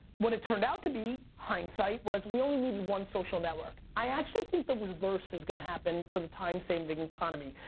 what it turned out to be, hindsight, was we only needed one social network. i actually think the reverse is gonna happen for the timesaving economy.